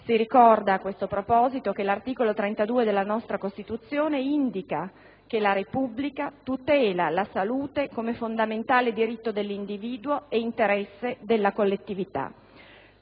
Si ricorda, a questo proposito, che l'articolo 32 della nostra Costituzione indica che la Repubblica tutela la salute come fondamentale diritto dell'individuo e interesse della collettività.